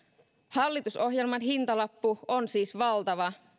hallitusohjelman hintalappu on siis valtava